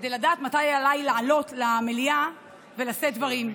כדי לדעת מתי עליי לעלות למליאה ולשאת דברים,